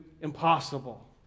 impossible